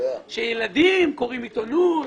גרמן שילדים ובני נוער קוראים עיתונות.